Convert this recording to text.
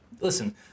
Listen